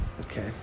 Okay